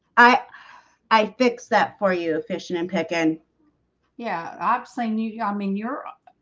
i i fixed that for you a fishing and picking yeah, obviously new you i'm in europe.